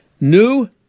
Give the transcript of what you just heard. new